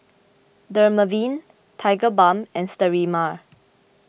Dermaveen Tigerbalm and Sterimar